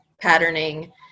patterning